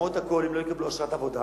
למרות הכול, הם לא יקבלו אשרת עבודה.